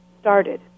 started